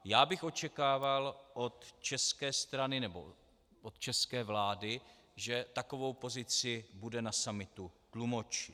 Já bych očekával od české strany nebo od české vlády, že takovou pozici bude na summitu tlumočit.